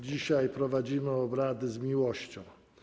Dzisiaj prowadzimy obrady z miłością.